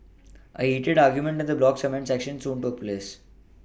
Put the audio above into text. a heated argument in the blog's comment section soon took place